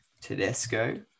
Tedesco